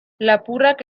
lapurrak